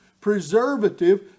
preservative